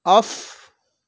off